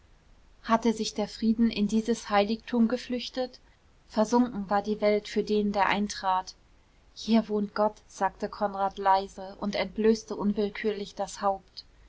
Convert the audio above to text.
hatte sich der frieden in dieses heiligtum geflüchtet versunken war die welt für den der eintrat hier wohnt gott sagte konrad leise und entblößte unwillkürlich das haupt